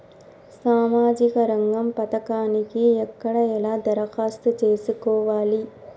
సామాజిక రంగం పథకానికి ఎక్కడ ఎలా దరఖాస్తు చేసుకోవాలి?